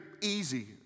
easy